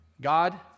God